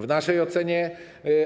W naszej ocenie